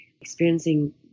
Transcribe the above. experiencing